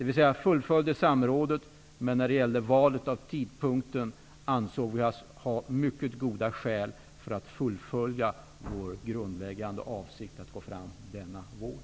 Vi fullföljde samrådet, men när det gällde valet av tidpunkten ansåg vi ha mycket goda skäl för att fullfölja vår grundläggande avsikt att gå fram denna vår.